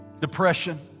depression